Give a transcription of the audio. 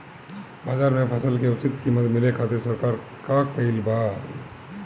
बाजार में फसल के उचित कीमत मिले खातिर सरकार का कईले बाऽ?